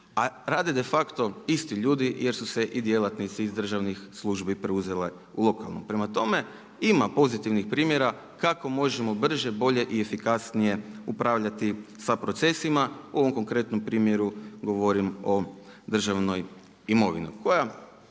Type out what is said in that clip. A rade de facto isti ljudi jer su se i djelatnici iz državnih službi preuzeli lokalno. Prema tome, ima pozitivnih primjera kako možemo brže, bolje i efikasnije upravljati sa procesima. U ovom konkretnom primjeru govorim o državnoj imovini